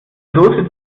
soße